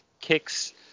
kicks